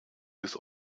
des